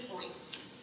points